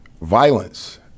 violence